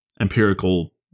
empirical